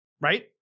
right